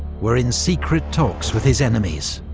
were in secret talks with his enemies.